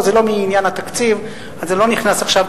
זה לא מעניין התקציב וזה לא נכנס עכשיו,